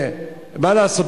מה לעשות?